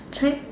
try